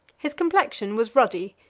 his complexion was ruddy,